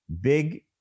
big